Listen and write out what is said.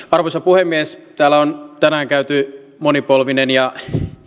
arvoisa puhemies täällä on tänään käyty monipolvinen ja